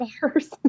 bars